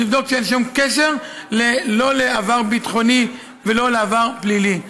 לבדוק שאין שום קשר לא לעבר ביטחוני ולא לעבר פלילי.